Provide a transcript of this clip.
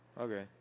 okay